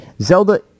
Zelda